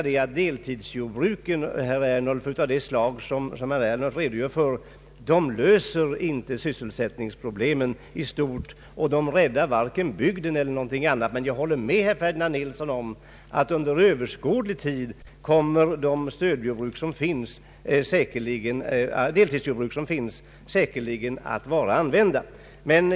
Deltidsjordbruk av det slag som herr Ernulf talar om, löser inte sysselsättningsproblemen i stort och räddar inte bygden. Men jag håller med herr Ferdinand Nilsson om att under en överskådlig tid kommer de stödjordbruk som finns säkerligen att vara använda.